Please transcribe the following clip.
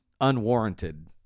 unwarranted